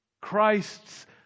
Christ's